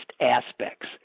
aspects